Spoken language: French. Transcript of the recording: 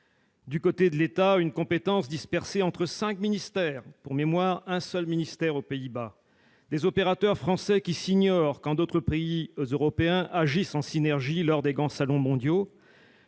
du côté de l'État, une compétence dispersée entre cinq ministères- pour mémoire, un seul ministère est concerné au Pays-Bas ; des opérateurs français qui s'ignorent quand d'autres pays européens agissent en synergie lors des grands salons mondiaux